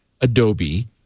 Adobe